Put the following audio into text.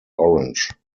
orange